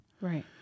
right